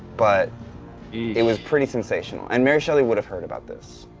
but it was pretty sensational. and mary shelley would have heard about this.